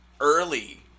early